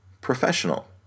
professional